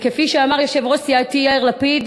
וכפי שאמר יושב-ראש סיעתי, יאיר לפיד,